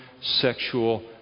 sexual